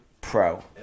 pro